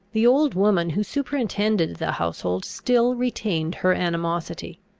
the old woman who superintended the household still retained her animosity.